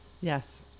yes